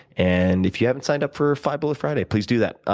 and if you haven't signed up for five bullet friday, please do that.